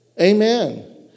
Amen